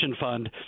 fund